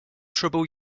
trouble